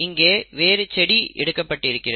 இங்கே வேறு செடி எடுக்கப்பட்டிருக்கிறது